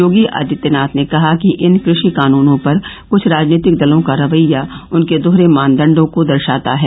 योगी आदित्यनाथ ने कहा कि इन कृषि कानूनों पर कुछ राजनीतिक दलों का रवैया उनके दोहरे मानदंडों को दर्शाता है